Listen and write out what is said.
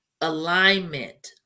alignment